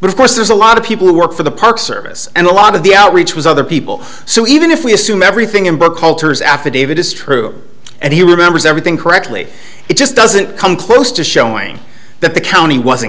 but of course there's a lot of people who work for the park service and a lot of the outreach was other people so even if we assume everything in book cultures affidavit is true and he remembers everything correctly it just doesn't come close to showing that the county wasn't